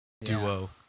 duo